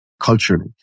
culturally